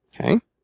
Okay